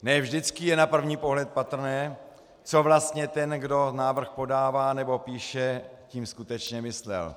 Ne vždycky je na první pohled patrné, co vlastně ten, kdo návrh podává nebo píše, tím skutečně myslel.